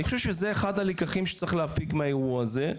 אני חושב שזה אחד הלקחים שצריך להפיק מהאירוע הזה.